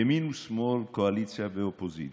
ימין ושמאל, קואליציה ואופוזיציה,